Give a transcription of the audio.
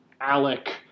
ALEC